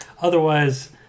otherwise